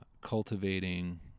cultivating